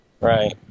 Right